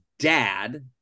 dad